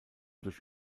durch